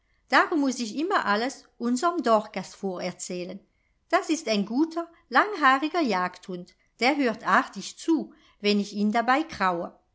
darum muß ich immer alles unserm dorkas vorerzählen das ist ein guter langhaariger jagdhund der hört artig zu wenn ich ihn dabei kraue